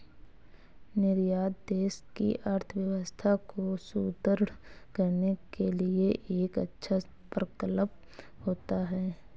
निर्यात देश की अर्थव्यवस्था को सुदृढ़ करने के लिए एक अच्छा प्रकल्प होता है